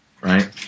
right